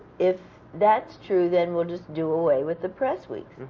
if that's true then we'll just do away with the press weeks.